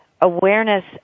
awareness